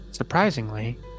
Surprisingly